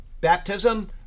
baptism